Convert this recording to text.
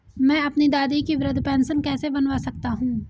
मैं अपनी दादी की वृद्ध पेंशन कैसे बनवा सकता हूँ?